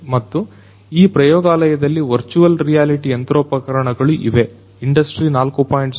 ಮತ್ತು ಈ ಪ್ರಯೋಗಾಲಯದಲ್ಲಿ ವರ್ಚುವಲ್ ರಿಯಾಲಿಟಿ ಯಂತ್ರೋಪಕರಣಗಳು ಇವೆ ಇಂಡಸ್ಟ್ರಿ4